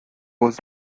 was